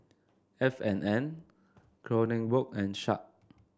F and N Kronenbourg and Sharp